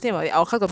欠扁 eh 你